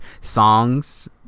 songs